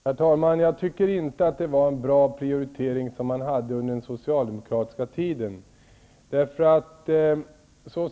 Herr talman! Jag tycker inte att det var en bra prioritering som man hade under den socialdemokratiska tiden.